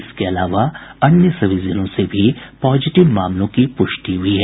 इसके अलावा अन्य सभी जिलों से भी पॉजिटिव मामलों की पुष्टि हुई है